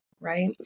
Right